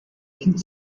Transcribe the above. kind